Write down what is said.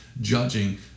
judging